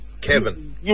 Kevin